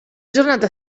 giornata